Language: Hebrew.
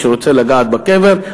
מי שרוצה לגעת בקבר,